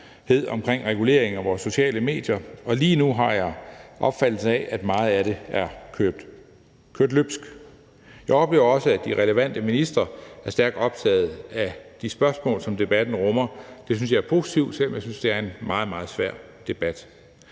omkring reguleringen af vores sociale medier, og lige nu har jeg opfattelsen af, at meget af det er løbet løbsk. Jeg oplever også, at de relevante ministre er stærkt optaget af de spørgsmål, som debatten rummer. Det synes jeg er positivt, selv om jeg synes, det er en meget, meget svær debat.